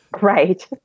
Right